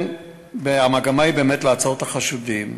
המגמה היא לעצור את החשודים.